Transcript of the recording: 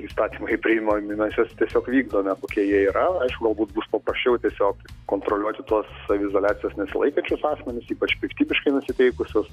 įstatymai priimami mes juos tiesiog vykdome kokie jie yra aišku galbūt bus paprasčiau tiesiog kontroliuoti tuos saviizoliacijos nesilaikančius asmenis ypač piktybiškai nusiteikusius